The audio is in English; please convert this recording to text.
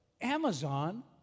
Amazon